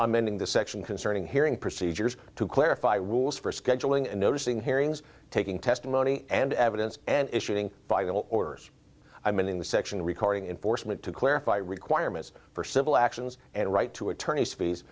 amending the section concerning hearing procedures to clarify rules for scheduling and noticing hearings taking testimony and evidence and issuing viable orders i mean in the section recording enforcement to clarify requirements for civil actions and right to attorney's fees